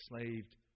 enslaved